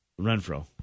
Renfro